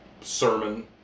sermon